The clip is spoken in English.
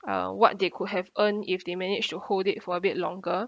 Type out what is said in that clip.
uh what they could have earned if they manage to hold it for a bit longer